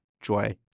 Joy